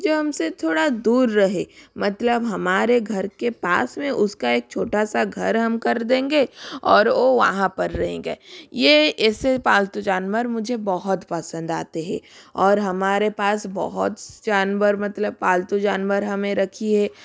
जो हमसे थोड़ा दूर रहे मतलब हमारे घर के पास मे उसका एक छोटा सा एक घर हम कर देंगे और ओ वहाँ पर रहेंगे ये ऐसे पालतू जानवर मुझे बहुत पसंद आते हैं और हमारे पास बहुत जानवर मतलब पालतू जानवर हमें रखी है